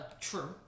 True